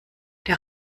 der